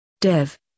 Dev